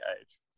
age